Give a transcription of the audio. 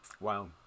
Wow